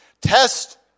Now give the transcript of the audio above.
Test